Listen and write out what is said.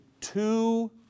two